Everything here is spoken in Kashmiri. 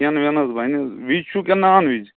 کھٮ۪ن وٮ۪ن حظ بنہِ وِج چھُو کِنہٕ نان وِج